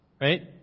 right